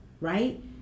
right